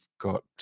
got